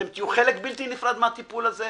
אתם תהיו חלק בלתי נפרד מן הטיפול הזה.